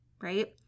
Right